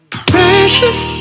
precious